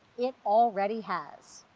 it already has.